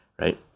right